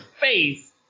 face